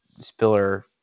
Spiller